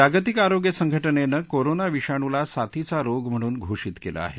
जागतिक आरोय्य संघटनेनं कोरोना विषाणूला साथीचा रोग म्हणून घोषित केलं आहे